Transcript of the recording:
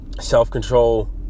Self-control